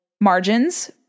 margins